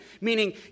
meaning